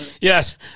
Yes